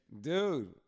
Dude